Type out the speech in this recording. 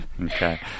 Okay